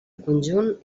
conjunt